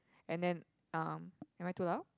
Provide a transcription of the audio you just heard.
and then um am I too loud